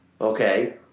Okay